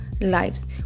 lives